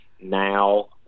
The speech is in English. now